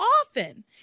often